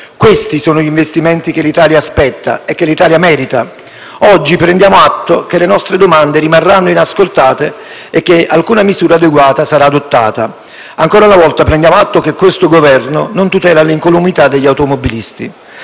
pulita sono gli investimenti che l'Italia aspetta e merita. Oggi prendiamo atto del fatto che le nostre domande rimarranno inascoltate e che nessuna misura adeguata sarà adottata. Ancora una volta prendiamo atto del fatto che questo Governo non tutela l'incolumità degli automobilisti.